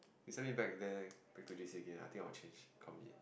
send me back there back to J_C Again I think I will change combi